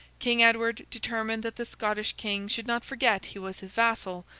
king edward, determined that the scottish king should not forget he was his vassal,